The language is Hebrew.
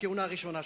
בכהונה הראשונה שלך,